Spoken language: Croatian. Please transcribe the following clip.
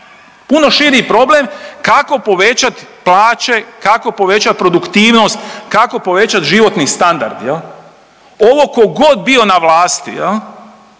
puno širi problem kako povećati plaće, kako povećati produktivnost, kako povećati životni standard? Ovo tko god bio na vlasti